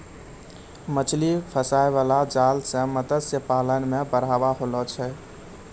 मछली फसाय बाला जाल से मतस्य पालन मे बढ़ाबा होलो छै